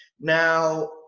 now